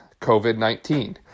COVID-19